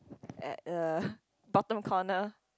at uh bottom corner